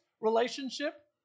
relationship